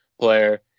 player